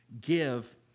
Give